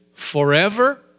Forever